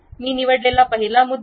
मी निवडलेला पहिला मुद्दा